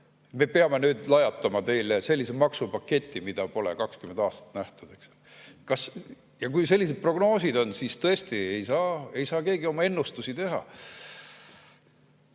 Me peame nüüd lajatama teile sellise maksupaketi, mida pole 20 aastat nähtud. Ja kui sellised prognoosid on, siis tõesti ei saa keegi oma ennustusi teha.